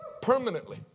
permanently